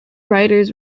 writers